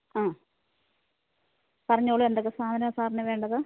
ആ പറഞ്ഞോളൂ എന്തൊക്കെ സാധനമാണ് സാറിന് വേണ്ടത്